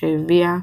שהביאה